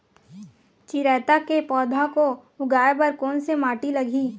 चिरैता के पौधा को उगाए बर कोन से माटी लगही?